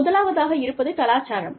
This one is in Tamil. முதலாவதாக இருப்பது கலாச்சாரம்